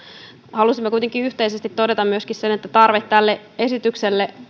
halusimme kuitenkin yhteisesti todeta myöskin sen että tarve tälle esitykselle